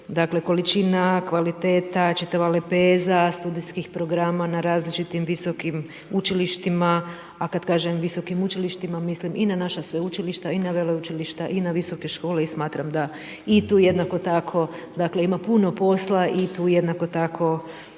dakle količina, kvaliteta, čitava lepeza studijskih programa na različitim visokim učilištima. A kada kažem visokim učilištima mislim i na naša sveučilišta, i na veleučilišta, i na visoke škole i smatram da i tu jednako tako dakle ima posta i tu jednako tako